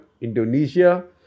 Indonesia